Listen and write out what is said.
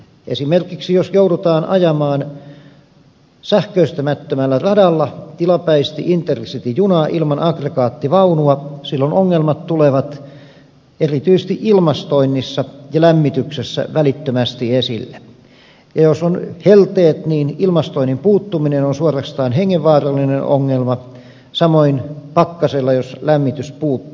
esimerkiksi jos joudutaan ajamaan sähköistämättömällä radalla tilapäisesti intercity junaa ilman aggregaattivaunua silloin ongelmat tulevat erityisesti ilmastoinnissa ja lämmityksessä välittömästi esille ja jos on helteet niin ilmastoinnin puuttuminen on suorastaan hengenvaarallinen ongelma samoin pakkasella jos lämmitys puuttuu